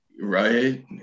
right